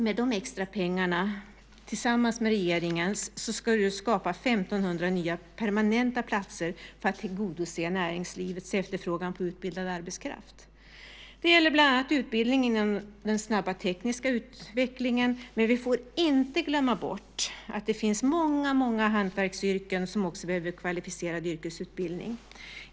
Med de extra pengarna, tillsammans med regeringens, skulle 1 500 nya permanenta platser skapas för att tillgodose näringslivets efterfrågan på utbildad arbetskraft. Det gäller bland annat utbildning inom den snabba tekniska utvecklingen, men vi får inte glömma att det finns många hantverksyrken som också behöver kvalificerad yrkesutbildning.